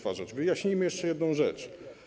Wyjaśnijmy jeszcze jedną rzecz.